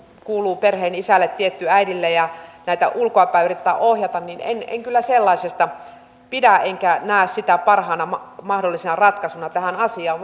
kuuluu perheen isälle tietty äidille ja näitä ulkoapäin yritetään ohjata niin en en kyllä sellaisesta pidä enkä näe sitä parhaana mahdollisena ratkaisuna tähän asiaan